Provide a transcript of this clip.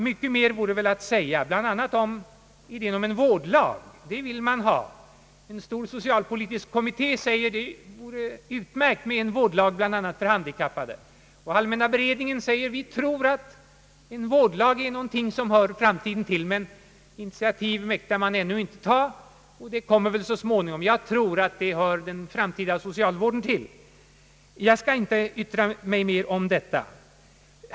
Mycket mer vore väl att säga i denna fråga, bl.a. beträffande idén om en vårdlag. En stor socialpolitisk kommitté säger att det skulle vara utmärkt med en vårdlag för handikappade. Allmänna beredningsutskottet säger också att det tror att en vårdlag är någonting som hör framtiden till. Men initiativ mäktar man inte ta. Jag tror emellertid att en sådan lag hör den framtida socialvården till.